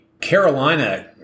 Carolina